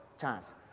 chance